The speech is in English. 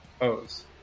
O's